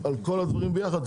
הדברים ביחד.